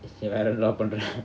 வேறஎன்னடாபண்ணற:veera ennada pannara